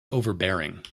overbearing